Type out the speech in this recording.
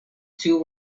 two